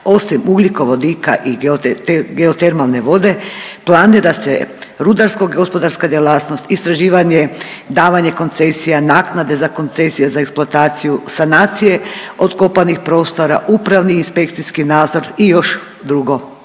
osim ugljikovodika i geotermalne vode, planira se rudarsko-gospodarska djelatnost, istraživanje, davanje koncesija, naknade za koncesije za eksploataciju, sanacije otkopanih prostora, upravni, inspekcijski nadzor i još drugo